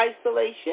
isolation